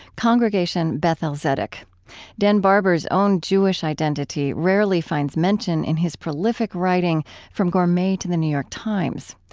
congregation beth-el zedeck dan barber's own jewish identity rarely finds mention in his prolific writing from gourmetto the new york times.